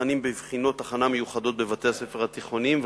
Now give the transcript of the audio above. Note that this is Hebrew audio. נבחנים בבחינות הכנה מיוחדות בבתי-הספר התיכוניים וכו'.